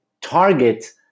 target